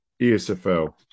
ESFL